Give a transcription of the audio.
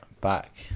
Back